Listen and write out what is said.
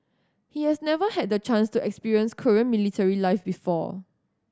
he has never had the chance to experience Korean military life before